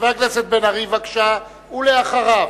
חבר הכנסת בן-ארי, בבקשה, ואחריו,